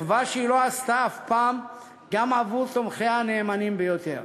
מחווה שהיא לא עשתה אף פעם גם עבור תומכיה הנאמנים ביותר",